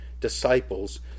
disciples